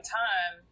time